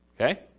Okay